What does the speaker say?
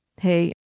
Hey